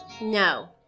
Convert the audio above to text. No